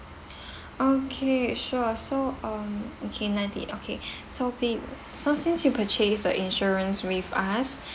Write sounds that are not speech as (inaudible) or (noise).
(breath) okay sure so um okay ninety okay (breath) so be~ so since you purchased your insurance with us (breath)